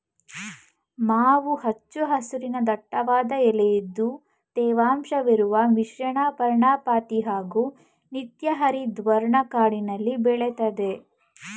ಮಾವು ಹಚ್ಚ ಹಸಿರಿನ ದಟ್ಟವಾದ ಎಲೆಇದ್ದು ತೇವಾಂಶವಿರುವ ಮಿಶ್ರಪರ್ಣಪಾತಿ ಹಾಗೂ ನಿತ್ಯಹರಿದ್ವರ್ಣ ಕಾಡಲ್ಲಿ ಬೆಳೆತದೆ